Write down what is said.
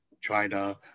China